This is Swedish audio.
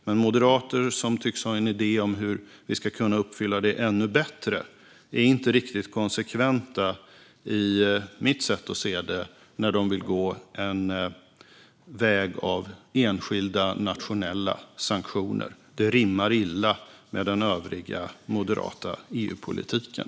Men moderater, som tycks ha en idé om hur vi ska kunna uppfylla dem ännu bättre, är enligt mitt sätt att se inte riktigt konsekventa när de vill gå en väg med enskilda nationella sanktioner. Det rimmar illa med den övriga moderata EU-politiken.